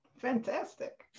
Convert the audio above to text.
Fantastic